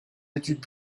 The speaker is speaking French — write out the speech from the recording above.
études